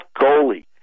goalie